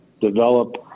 develop